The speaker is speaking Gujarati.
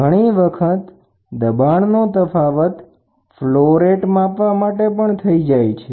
ઘણી વખત દબાણનો તફાવત પ્રવાહીના ફલો રેટ માપવા માટે પણ થાય છે